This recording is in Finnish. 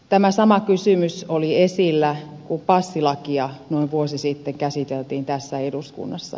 tämä sama kysymys oli esillä kun passilakia noin vuosi sitten käsiteltiin tässä eduskunnassa